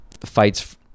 fights